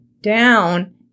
down